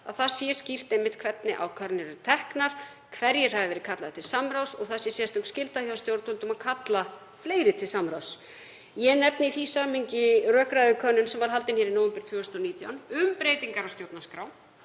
það sé skýrt hvernig ákvarðanir eru teknar, hverjir hafi verið kallaðir til samráðs og það sé sérstök skylda hjá stjórnvöldum að kalla fleiri til samráðs. Ég nefni í því samhengi rökræðukönnun sem haldin var hér í nóvember 2019 um breytingar á stjórnarskrá.